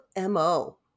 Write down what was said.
MO